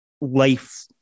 life